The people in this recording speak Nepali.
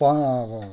प